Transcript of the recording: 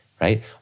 right